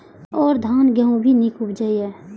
और धान गेहूँ भी निक उपजे ईय?